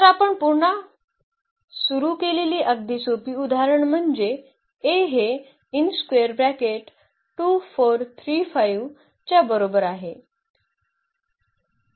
तर आपण पुन्हा सुरु केलेली अगदी सोपी उदाहरण म्हणजे A हे च्या बरोबर आहे